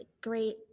great